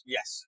Yes